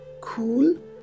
cool